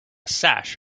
sash